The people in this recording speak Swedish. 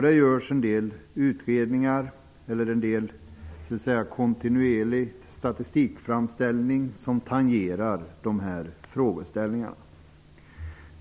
Det görs en del utredningar eller kontinuerliga statistikframställningar som tangerar den här frågeställningen.